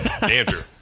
Andrew